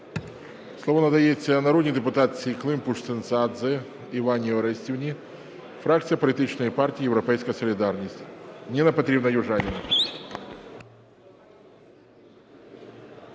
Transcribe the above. Слово надається народній депутатці Климпуш-Цинцадзе Іванні Орестівні, фракція політичної партії "Європейська солідарність". Ніна Петрівна Южаніна.